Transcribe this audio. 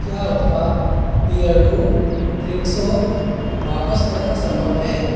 क्या उत्पाद Beardo brick soap वापस करना संभव है